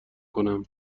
کنم